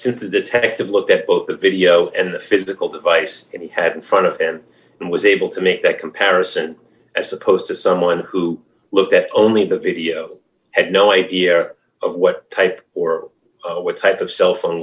since the detective looked at both the video and the physical device that he had in front of him and was able to make that comparison as opposed to someone who looked at only the video had no idea of what type or what type of cell phone